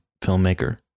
filmmaker